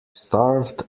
starved